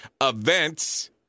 events